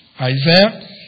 Isaiah